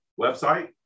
website